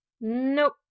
nope